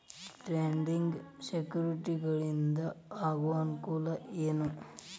trading ಸೆಕ್ಯುರಿಟಿಗಳಿಂದ ಆಗೋ ಅನುಕೂಲ ಏನ